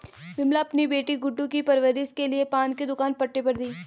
विमला अपनी बेटी गुड्डू की परवरिश के लिए पान की दुकान पट्टे पर दी